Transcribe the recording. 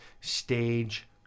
stage